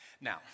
Now